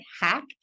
hack